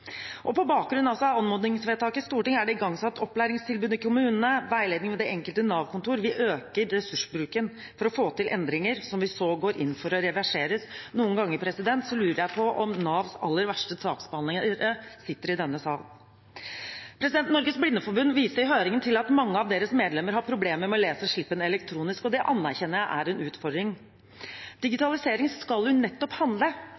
Og på bakgrunn av anmodningsvedtak i Stortinget er det igangsatt opplæringstilbud i kommunene og veiledning ved det enkelte Nav-kontor. Vi øker ressursbruken for å få til endringer – som vi så går inn for å reversere. Noen ganger lurer jeg på om Navs aller verste saksbehandlere sitter i denne sal. Norges Blindeforbund viste i høringen til at mange av deres medlemmer har problemer med å lese slippen elektronisk, og det anerkjenner jeg er en utfordring. Digitalisering skal jo nettopp handle